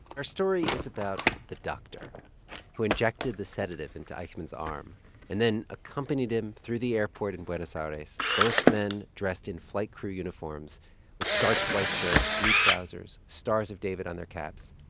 our story is about the doctor who injected the sedative into eichmann's arm and then accompanied him through the airport in buenos aires, both men dressed in flight crew uniforms with starched white shirts, blue trousers, stars of david on their caps.